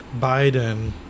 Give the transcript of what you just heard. Biden